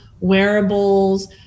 wearables